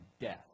death